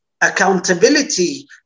Accountability